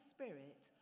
Spirit